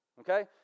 okay